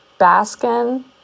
baskin